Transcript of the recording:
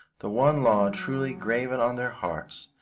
the one law truly graven on their hearts,